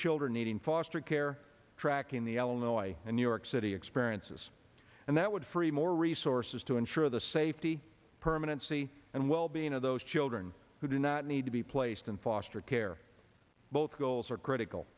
children needing foster care tracking the l noise a new york city experiences and that would free more resources to ensure the safety permanency and well being of those children who do not need to be placed in foster care both goals are critical